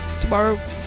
tomorrow